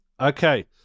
Okay